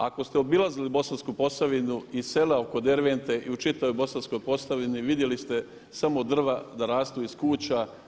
Ako ste obilazili Bosansku Posavinu i sela oko Dervente i u čitavoj Bosanskoj Posavini vidjeli ste samo drva da rastu iz kuća.